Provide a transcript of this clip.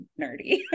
nerdy